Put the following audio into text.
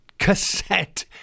cassette